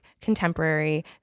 contemporary